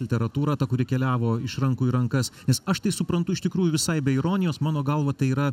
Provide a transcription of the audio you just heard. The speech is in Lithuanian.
literatūra ta kuri keliavo iš rankų į rankas nes aš tai suprantu iš tikrųjų visai be ironijos mano galva tai yra